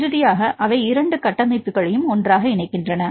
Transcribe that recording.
இறுதியாக அவை இரண்டு கட்டமைப்புகளையும் ஒன்றாக இணைக்கின்றன